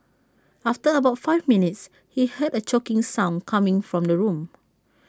after about five minutes he heard A choking sound coming from the room